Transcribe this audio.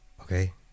okay